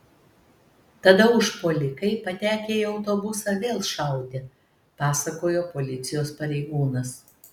tada užpuolikai patekę į autobusą vėl šaudė pasakojo policijos pareigūnas